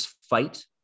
fight